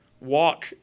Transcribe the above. walk